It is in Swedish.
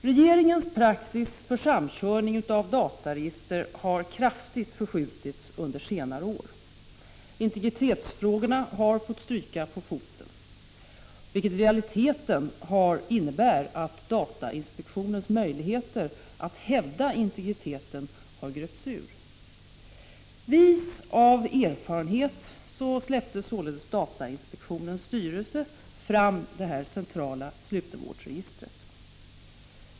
Regeringens praxis för samkörningar av dataregister har kraftigt förskjutits under senare år. Integritetsfrågorna har fått stryka på foten, vilket i realiteten innebär att datainspektionens möjligheter att hävda integriteten har gröpts ur. Vis av erfarenhet släppte således datainspektionens styrelse fram det centrala slutenvårdsregistret.